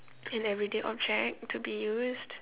an everyday object to be used